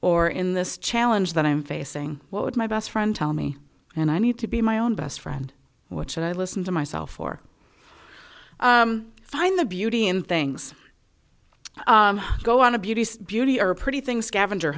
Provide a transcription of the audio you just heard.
or in this challenge that i'm facing what would my best friend tell me and i need to be my own best friend which i listen to myself or find the beauty in things go on a beauty beauty or pretty things scavenger